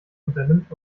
unternimmt